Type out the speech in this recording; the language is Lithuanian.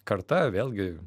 karta vėlgi